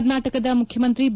ಕರ್ನಾಟಕದ ಮುಖ್ಯಮಂತ್ರಿ ಬಿ